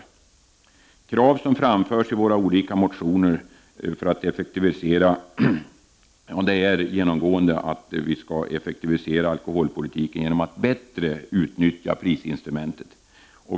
De krav som framförs i våra olika motioner syftar genomgående till att effektivisera alkoholpolitiken genom att bättre utnyttja prisinstrumentet.